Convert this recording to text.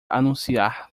anunciar